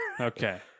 Okay